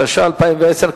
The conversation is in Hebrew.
התש"ע 2010,